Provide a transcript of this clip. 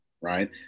right